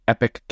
Epic